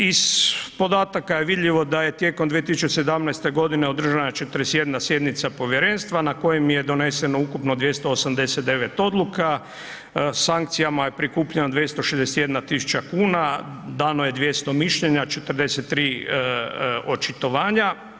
Iz podataka je vidljivo da je tijekom 2017. godine održana 41 sjednica povjerenstva, na kojem je doneseno ukupno 289 odluka, sankcijama je prikupljeno 261.000,00 kn, dano je 200 mišljenja, 43 očitovanja.